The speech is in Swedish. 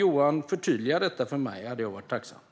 Jag skulle vara tacksam om Johan Andersson kunde förtydliga detta för mig.